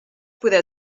poder